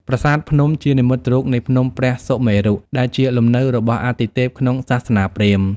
ប្រាសាទភ្នំជានិមិត្តរូបនៃភ្នំព្រះសុមេរុ ដែលជាលំនៅរបស់អាទិទេពក្នុងសាសនាព្រាហ្មណ៍។